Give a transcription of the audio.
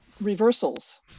reversals